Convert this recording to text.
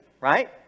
right